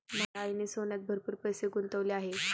माझ्या आईने सोन्यात भरपूर पैसे गुंतवले आहेत